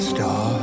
Star